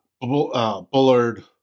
Bullard